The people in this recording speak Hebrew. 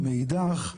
ומאידך,